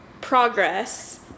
progress